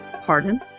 Pardon